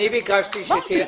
אמרתי.